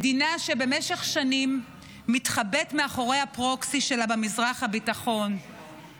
מדינה שבמשך שנים מתחבאת מאחורי הפרוקסי שלה במזרח התיכון,